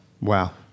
Wow